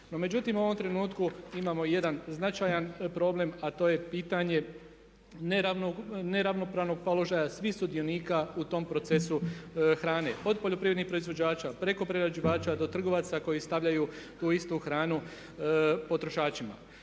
međutim u ovom trenutku imamo jedan značajan problem a to je pitanje neravnopravnog položaja svih sudionika u tom procesu hrane, od poljoprivrednih proizvođača preko prerađivača do trgovaca koji stavljaju tu istu hranu potrošačima.